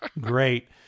Great